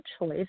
choice